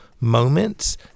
moments